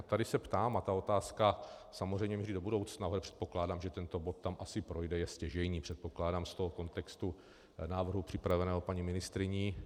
Tady se ptám a ta otázka samozřejmě míří do budoucna, ale předpokládám, že tento bod tam asi projde, je stěžejní, předpokládám, z toho kontextu návrhu připraveného paní ministryní.